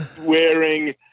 wearing